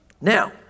Now